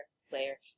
Slayer